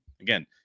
Again